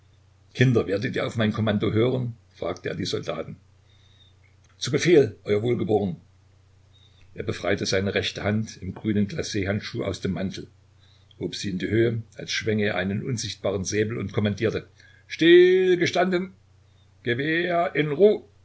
kinder werdet ihr auf mein kommando hören fragte er die soldaten zu befehl euer wohlgeboren er befreite seine rechte hand im grünen glachandschuh aus dem mantel hob sie in die höhe als schwänge er einen unsichtbaren säbel und kommandierte stillgestanden gewehr in